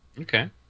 Okay